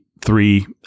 three